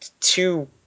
two